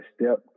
step